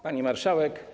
Pani Marszałek!